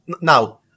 Now